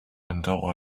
until